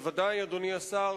ודאי אדוני השר,